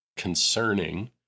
Concerning